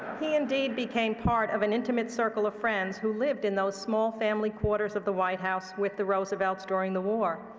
he indeed became part of an intimate circle of friends who lived in those small family quarters of the white house with the roosevelts during the war,